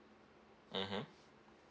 mmhmm